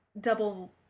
double